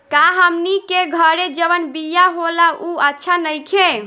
का हमनी के घरे जवन बिया होला उ अच्छा नईखे?